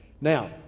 Now